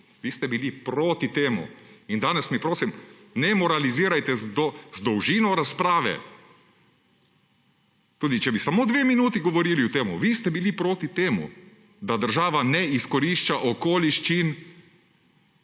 Vi ste bili proti temu. In danes mi, prosim, ne moralizirajte z dolžino razprave. Tudi, če bi samo dve minuti govorili o temu, vi ste bili proti temu, da država ne izkorišča okoliščin